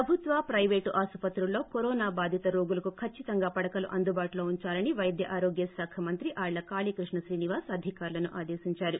ప్రభుత్వ ప్రయివేటు ఆస్సత్రుల్లో కరోనా బాధిత రోగులకు కచ్చితంగా పడకలు అందుబాటులో ఉందాలని పైద్యఆరోగ్య శాఖ మంత్రి ఆళ్ల కాళీకృష్ణ శ్రీనివాస్ అధికారులను ఆదేశించారు